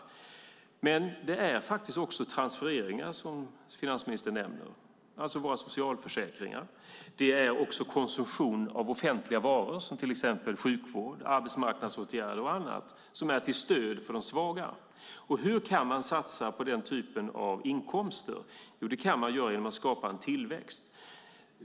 Men det är faktiskt också transfereringar, som finansministern nämner, alltså våra socialförsäkringar. Det är också konsumtion av offentliga varor, till exempel sjukvård, arbetsmarknadsåtgärder och annat, som är till stöd för de svaga. Hur kan man satsa på den typen av inkomster? Jo, det kan man göra genom att skapa en tillväxt.